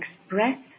express